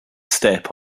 step